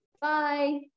Bye